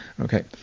Okay